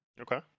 Okay